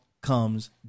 comes